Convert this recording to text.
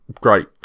great